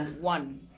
one